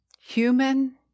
human